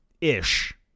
ish